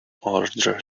order